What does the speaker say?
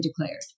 declared